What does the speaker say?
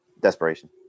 desperation